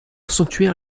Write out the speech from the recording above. sanctuaire